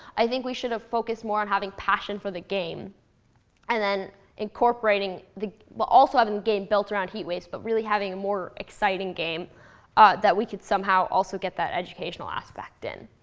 i think we should have focused more on having passion for the game and then incorporating the well, also having the game build around heat waves but really having a more exciting game ah that we could somehow also get that educational aspect in.